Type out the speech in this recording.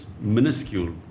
minuscule